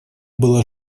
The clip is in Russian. была